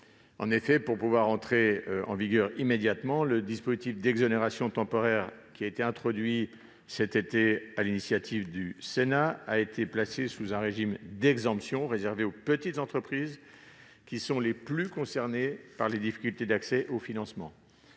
En effet, pour pouvoir entrer en vigueur immédiatement, le dispositif d'exonération temporaire qui a été introduit cet été sur l'initiative du Sénat a été placé sous un régime d'exemption réservé aux petites entreprises qui sont les plus concernées par les difficultés d'accès aux financements.